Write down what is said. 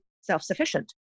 self-sufficient